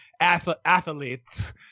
athletes